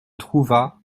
trouva